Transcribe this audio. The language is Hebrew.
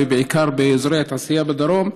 בעיקר באזורי התעשייה בדרום.